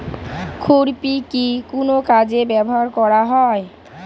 খুরপি কি কোন কাজে ব্যবহার করা হয়?